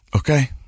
Okay